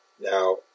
Now